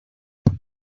pedro